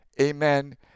amen